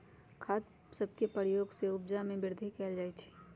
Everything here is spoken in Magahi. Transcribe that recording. खाद सभके प्रयोग से उपजा में वृद्धि कएल जाइ छइ